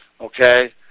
okay